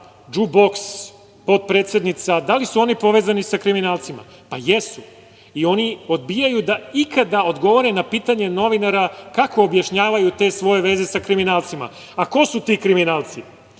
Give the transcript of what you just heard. džu boks potpredsednica, da li su oni povezani sa kriminalcima? Pa jesu. I oni odbijaju da ikada odgovore na pitanje novinara – kako objašnjavaju te svoje veze sa kriminalcima? A ko su ti kriminalci?